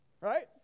right